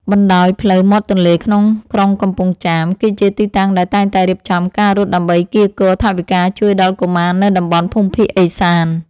បណ្ដោយផ្លូវមាត់ទន្លេក្នុងក្រុងកំពង់ចាម គឺជាទីតាំងដែលតែងតែរៀបចំការរត់ដើម្បីកៀរគរថវិកាជួយដល់កុមារនៅតំបន់ភូមិភាគឦសាន។